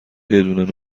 بدون